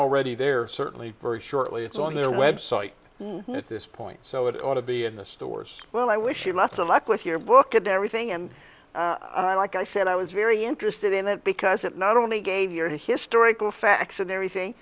already there certainly very shortly it's on their website at this point so it ought to be in the stores well i wish you lots of luck with your book at everything and i like i said i was very interested in that because it not only gave your historical facts and everything